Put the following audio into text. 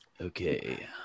Okay